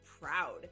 proud